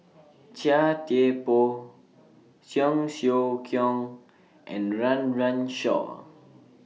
Chia Thye Poh Cheong Siew Keong and Run Run Shaw